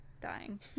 dying